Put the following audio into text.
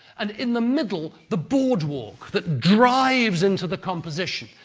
and in the middle, the boardwalk that drives into the composition.